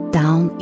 down